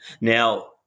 now